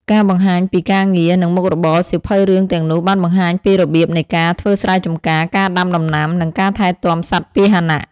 ការបង្ហាញពីការងារ និងមុខរបរសៀវភៅរឿងទាំងនោះបានបង្ហាញពីរបៀបនៃការ ធ្វើស្រែចម្ការ ការដាំដំណាំ និងការថែទាំសត្វពាហនៈ។